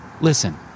Listen